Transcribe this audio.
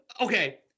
Okay